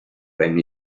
when